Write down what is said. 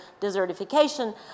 desertification